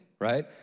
Right